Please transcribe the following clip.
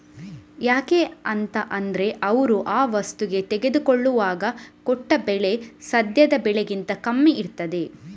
ಯಾಕೆ ಅಂತ ಅಂದ್ರೆ ಅವ್ರು ಆ ವಸ್ತುಗೆ ತೆಗೆದುಕೊಳ್ಳುವಾಗ ಕೊಟ್ಟ ಬೆಲೆ ಸದ್ಯದ ಬೆಲೆಗಿಂತ ಕಮ್ಮಿ ಇರ್ತದೆ